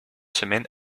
semaines